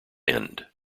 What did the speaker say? end